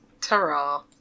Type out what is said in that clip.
Ta-ra